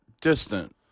distant